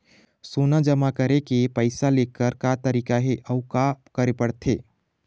सोना जमा करके पैसा लेकर का तरीका हे अउ का करे पड़थे?